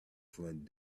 front